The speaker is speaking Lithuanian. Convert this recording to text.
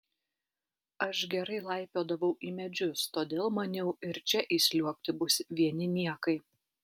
aš gerai laipiodavau į medžius todėl maniau ir čia įsliuogti bus vieni niekai